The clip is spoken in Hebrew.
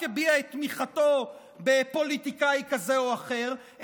הביע את תמיכתו בפוליטיקאי כזה או אחר,